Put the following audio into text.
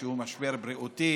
שהוא משבר בריאותי